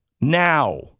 Now